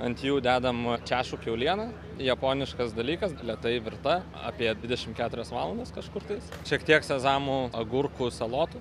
ant jų dedama češų kiauliena japoniškas dalykas lėtai virta apie dvidešimt keturias valandas kažkur tais šiek tiek sezamų agurkų salotų